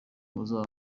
muzaba